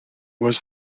was